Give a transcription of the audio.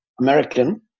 American